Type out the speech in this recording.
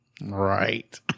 Right